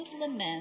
lament